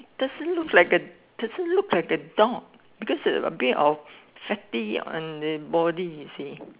doesn't look like a doesn't look like a dog because of fatty on the body you see